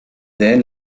then